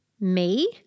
Me